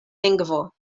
lingvo